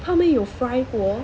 他们有 fry 过